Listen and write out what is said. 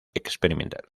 experimental